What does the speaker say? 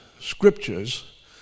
scriptures